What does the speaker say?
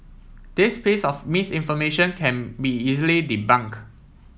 this piece of misinformation can be easily debunk